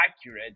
accurate